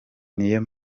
niyo